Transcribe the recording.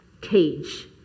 cage